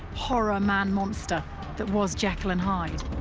horror man-monster that was jekyll and hyde.